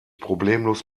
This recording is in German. problemlos